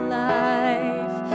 life